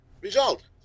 result